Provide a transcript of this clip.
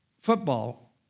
football